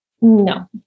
No